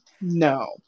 no